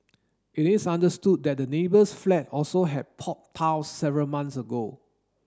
it is understood that the neighbour's flat also had popped tiles several months ago